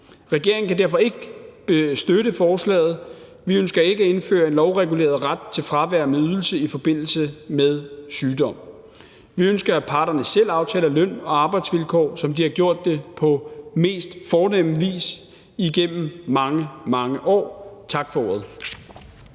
Regeringen kan derfor ikke støtte forslaget. Vi ønsker ikke at indføre en lovreguleret ret til fravær med ydelse i forbindelse med sygdom. Vi ønsker, at parterne selv aftaler løn- og arbejdsvilkår, som de har gjort det på mest fornemme vis igennem mange, mange år. Tak for ordet.